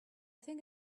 think